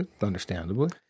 understandably